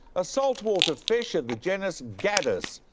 a saltwater fish of the genus gadus.